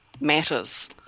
matters